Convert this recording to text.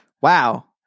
Wow